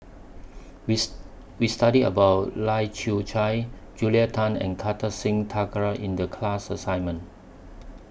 we's We studied about Lai Kew Chai Julia Tan and Kartar Singh Thakral in The class assignment